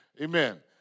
Amen